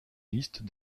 liste